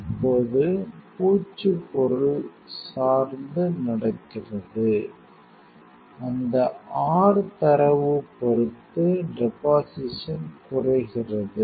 இப்போது பூச்சு பொருட்கள் சார்ந்து நடக்கிறது அந்த r தரவு பொறுத்து டெபொசிஷன் குறைகிறது